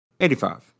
85